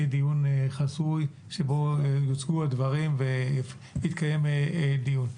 יהיה דיון חסוי שבו יוצגו הדברים ויתקיים דיון.